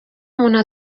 umuntu